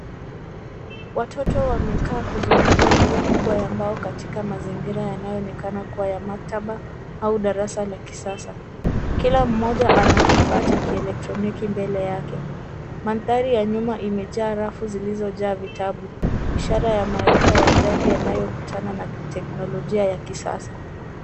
Watoto wamekaa kuzunguka meza kubwa ya mbao katika mazingira yanayoonekana kuwa ya maktaba au darasa la kisasa. Kila mmoja ana kifaa cha kielektroniki mbele yake. Mandhari ya nyuma imejaa rafu zilizojaa vitabu. Ishara ya maarifa ya jaji yanaokutana na teknolojia ya kisasa.